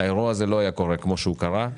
האירוע זה לא היה קורה כמו שהוא קרה,